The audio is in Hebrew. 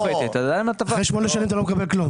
אחרי שמונה שנים אתה לא מקבל כלום.